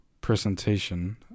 presentation